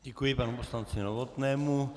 Děkuji panu poslanci Novotnému.